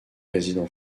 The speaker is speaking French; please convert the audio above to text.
résident